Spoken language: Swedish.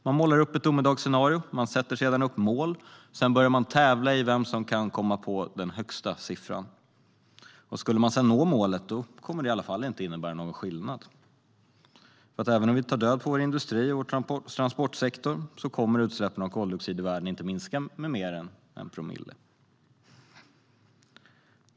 Man målar upp ett domedagsscenario, man sätter upp mål och sedan börjar man tävla om vem som kan komma på den högsta siffran. Skulle man sedan nå målet kommer det i alla fall inte att innebära någon skillnad. Även om vi tar död på vår industri och vår transportsektor kommer utsläppen av koldioxidgaser i världen inte att minska med mer än någon promille.